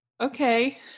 okay